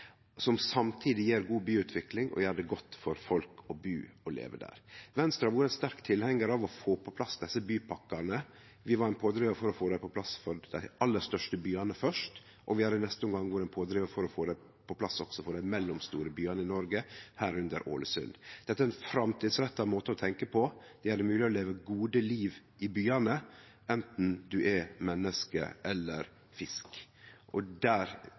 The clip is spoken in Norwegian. som samtidig gjev god byutvikling og gjer det godt for folk å bu og leve der. Venstre har vore ein sterk tilhengar av å få på plass desse bypakkane. Vi var ein pådrivar for å få dei på plass for dei aller største byane først, og vi har i neste omgang vore ein pådrivar for å få dei på plass også for dei mellomstore byane i Noreg, herunder Ålesund. Dette er ein framtidsretta måte å tenkje på, og det gjer det mogleg å leve eit godt liv i byane, anten ein er menneske eller fisk.